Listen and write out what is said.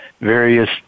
various